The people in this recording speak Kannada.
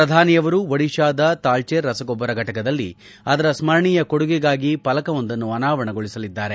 ಪ್ರಧಾನಿಯವರು ಒಡಿಶಾದ ತಾಲ್ಲೆರ್ ರಸಗೊಬ್ಬರ ಘಟಕದಲ್ಲಿ ಅದರ ಸ್ತರಣೀಯ ಕೊಡುಗೆಗಾಗಿ ಫಲಕವೊಂದನ್ನು ಅನಾವರಣಗೊಳಿಸಲಿದ್ದಾರೆ